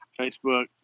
Facebook